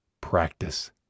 practice